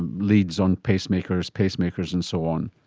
leads on pacemakers, pacemakers and so on.